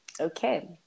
Okay